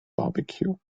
barbecue